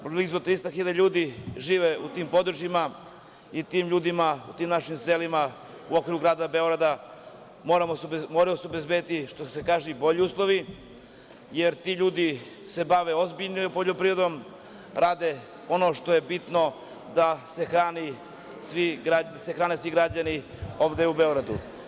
Blizu 300 hiljada ljudi žive u tim područjima i tim ljudima u tim našim selima u okviru Grada Beograda mora se obezbediti, što se kaže, bolji uslovi, jer ti se ljudi bave ozbiljno poljoprivredom, rade ono što je bitno da se hrane svi građani ovde u Beogradu.